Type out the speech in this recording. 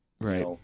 Right